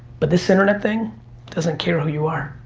but this internet thing doesn't care who you are.